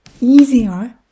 easier